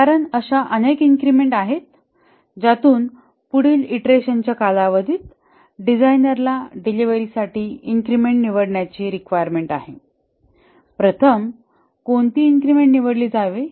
कारण अशा अनेक इन्क्रिमेंट आहेत ज्यातून पुढील इटरेशनच्या कालावधीत डिझाइनरला डिलिव्हरीसाठी इन्क्रिमेंट निवडण्याची रिक्वायरमेंट आहे प्रथम कोणती इन्क्रिमेंट निवडली जावी